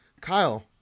kyle